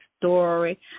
story